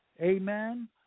Amen